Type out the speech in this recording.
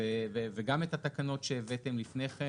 וגם את התקנות שהבאתם לפני כן,